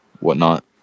whatnot